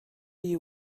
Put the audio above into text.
you